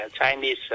Chinese